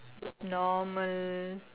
normal